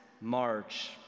march